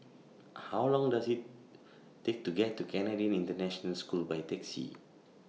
How Long Does IT Take to get to Canadian International School By Taxi